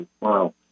wow